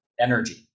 energy